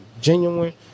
genuine